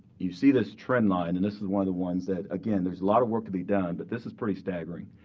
you see this trend line, and this is one of the ones that, again, there is a lot of work to be done, but this is pretty staggering.